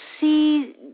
see